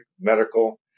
Medical